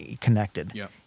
connected